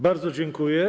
Bardzo dziękuję.